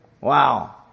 Wow